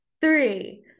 three